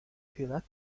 ciudad